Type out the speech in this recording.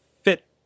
Fit